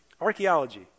Archaeology